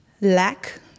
lack